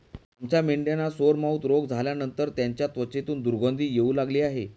आमच्या मेंढ्यांना सोरमाउथ रोग झाल्यानंतर त्यांच्या त्वचेतून दुर्गंधी येऊ लागली आहे